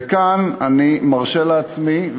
וכאן אני מרשה לעצמי,